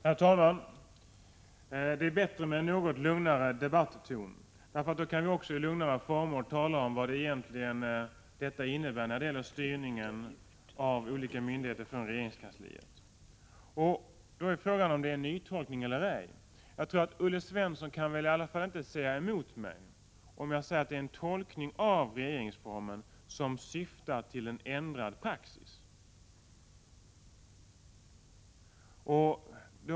Herr talman! Det är bra med en något lugnare debatton. Då kan vi också i lugnare former tala om vad detta egentligen innebär när det gäller styrningen av olika myndigheter från regeringskansliet. Frågan är då om det rör sig om en nytolkning eller ej. Olle Svensson kan väl i alla fall inte säga emot mig om jag säger att det är en tolkning av regeringsformen som syftar till en ändrad praxis.